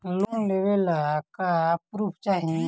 Loan लेवे ला का पुर्फ चाही?